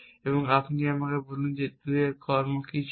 এবং আপনি আমাকে বলুন 2 কর্ম কি ছিল